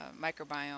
microbiome